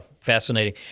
Fascinating